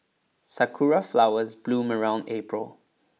sakura flowers bloom around April